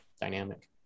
dynamic